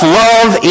love